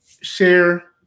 share